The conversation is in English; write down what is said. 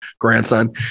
grandson